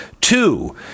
Two